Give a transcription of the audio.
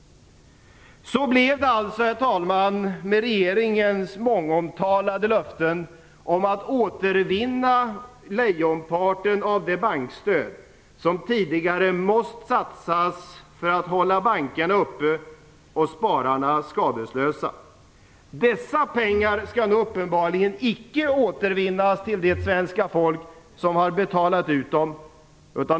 Så blev det alltså med regeringens mångomtalade löften om att återvinna lejonparten av de bankstöd som tidigare måst satsas för att hålla bankerna uppe och spararna skadeslösa. Dessa pengar skall nu uppenbarligen icke återvinnas till det svenska folk som har betalat ut dem.